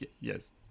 Yes